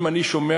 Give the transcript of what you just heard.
אם אני שומע,